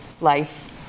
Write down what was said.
life